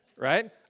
Right